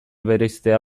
bereiztea